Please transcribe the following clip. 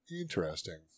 Interesting